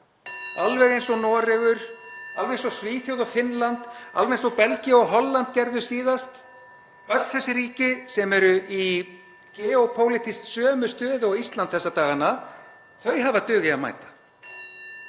alveg eins og Noregur, alveg eins og Svíþjóð og Finnland, alveg eins og Belgía og Holland gerðu síðast. Öll þessi ríki sem eru geópólitískt í sömu stöðu og Ísland þessa dagana, (Forseti hringir.) þau